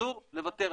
אסור לוותר עליו.